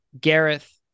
Gareth